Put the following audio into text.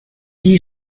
die